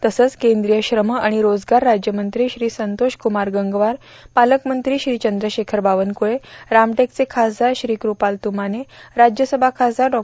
तसंच केंद्रीय श्रम आणि रोजगार राज्यमंत्री श्री संतोषकुमार गंगवार पालकमंत्री श्री चंद्रशेखर बावनकुळे रामटेकचे खासदार श्री कृपाल तुमाने राज्यसभा खासदार डॉ